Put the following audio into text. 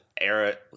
Era